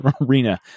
arena